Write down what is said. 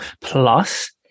plus